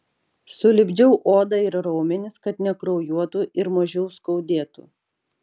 sulipdžiau odą ir raumenis kad nekraujuotų ir mažiau skaudėtų